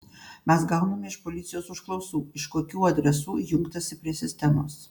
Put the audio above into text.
mes gauname iš policijos užklausų iš kokių adresų jungtasi prie sistemos